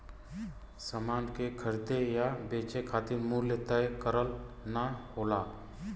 समान के खरीदे या बेचे खातिर मूल्य तय करना होला